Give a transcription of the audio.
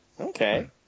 Okay